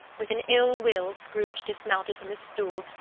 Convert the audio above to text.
with an ill-will scrooge dismounted from his stool,